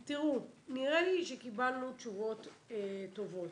תראו, נראה לי שקיבלנו תשובות טובות.